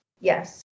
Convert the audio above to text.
yes